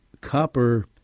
copper